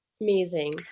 Amazing